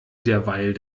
derweil